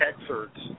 excerpts